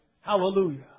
Hallelujah